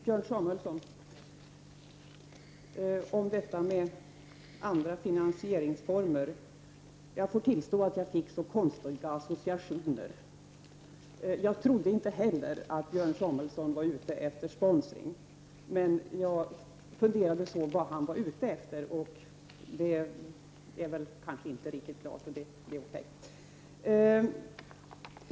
Björn Samuelson talade om andra finansieringsformer. Jag får tillstå att jag fick konstiga associationer. Jag trodde inte heller att Björn Samuelson var ute efter sponsring, men jag funderade på vad han var ute efter, och det är väl inte riktigt klart.